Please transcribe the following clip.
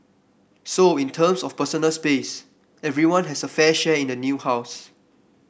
so in terms of personal space everyone has a fair share in the new house